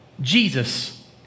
Jesus